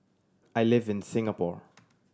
I live in Singapore